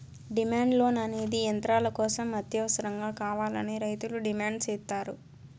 demand loan అనేది యంత్రాల కోసం అత్యవసరంగా కావాలని రైతులు డిమాండ్ సేత్తారు